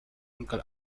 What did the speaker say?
uncle